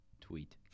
Tweet